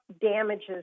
damages